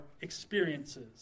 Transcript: experiences